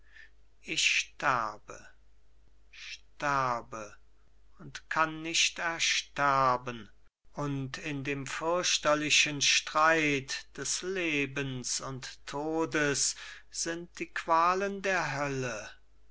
ich sterbe sterbe und kann nicht ersterben und in dem fürchterlichen streit des lebens und todes sind die qualen der hölle